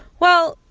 well,